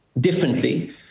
differently